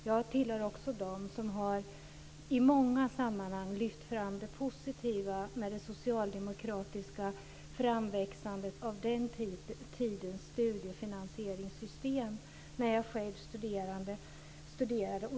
Jag hör också till dem som i många sammanhang har lyft fram det positiva med det socialdemokratiska framväxandet av den tidens studiefinansieringssystem när jag själv studerade.